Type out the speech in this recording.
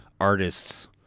artists